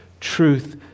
Truth